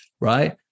right